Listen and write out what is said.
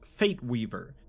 Fateweaver